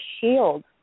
shield